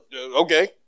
Okay